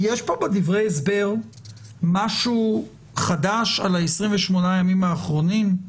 יש פה בדברי ההסבר משהו חדש על ה-28 ימים האחרונים?